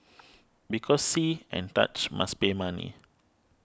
because see and touch must pay money